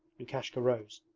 lukashka rose.